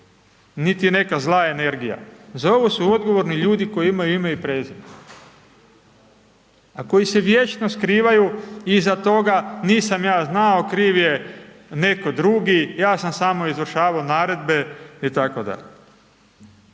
Niti neka zla energija, za ovo su odgovorni ljudi koji imaju ime i prezime, a koji se vječno skrivaju iza toga nisam ja znao, kriv je netko drugi, ja sam samo izvršavao naredbe itd.